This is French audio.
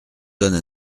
donne